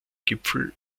gipfel